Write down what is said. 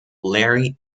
larry